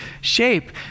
shape